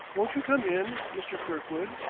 won't you come in, mr. kirkwood?